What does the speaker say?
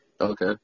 Okay